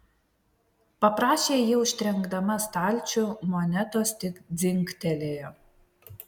paprašė ji užtrenkdama stalčių monetos tik dzingtelėjo